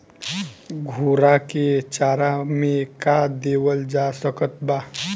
घोड़ा के चारा मे का देवल जा सकत बा?